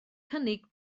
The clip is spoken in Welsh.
cynnig